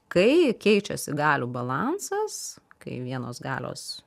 kai keičiasi galių balansas kai vienos galios